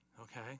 Okay